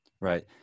right